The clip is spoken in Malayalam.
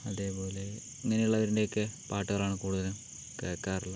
അതേപോലെ ഇങ്ങനെയുള്ളവരുടെയൊക്കെ പാട്ടുകളാണ് കൂടുതലും കേൾക്കാറുള്ളത്